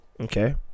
Okay